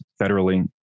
federally